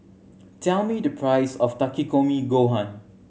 tell me the price of Takikomi Gohan